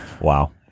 Wow